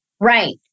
Right